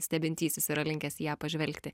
stebintysis yra linkęs į ją pažvelgti